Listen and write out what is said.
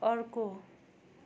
अर्को